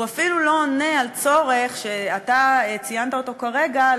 הוא אפילו לא עונה על צורך שאתה ציינת אותו כרגע,